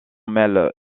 mêle